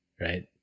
Right